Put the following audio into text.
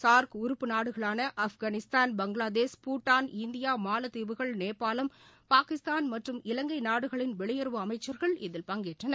SAARC உறுப்பு நாடுகளான Afghanistan Bangladesh Bhutan India மாலத்தீவுகள் நேபாளம் பாகிஸ்தான் மற்றும் இலங்கை நாடுகளின் வெளியுறவு அமைச்சர்கள் இதில் பங்கேற்றனர்